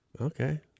Okay